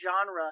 genre